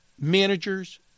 managers